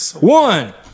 one